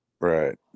right